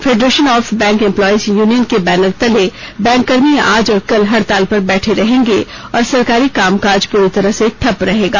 federation of bank employees union के banner तले bank कर्मी आज और कल हड़ताल पर बैठे रहेंगे और सरकारी कामकाज पूरी तरह से ठप रहेगा